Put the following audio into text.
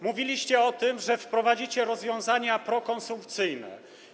Mówiliście o tym, że wprowadzicie rozwiązania prokonsumpcyjne.